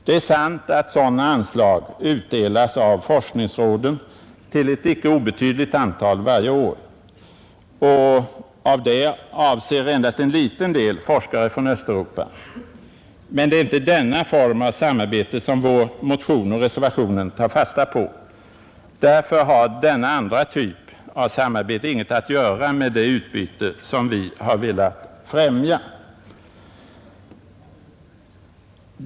Det är sant att sådana anslag utdelas av forskningsråden till ett inte obetydligt antal forskare varje år, men av dem avser endast en liten del forskare från Östeuropa. Det är dock inte denna form av samarbete som vår motion och reservationen tar fasta på. Därför har denna andra typ av samarbete ingenting att göra med det utbyte som vi har velat främja med motionen och reservationen.